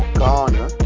Ghana